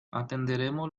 atenderemos